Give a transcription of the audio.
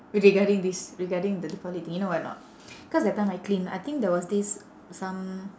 regarding this regarding the deepavali thing you know why or not cause that time I clean I think there was this some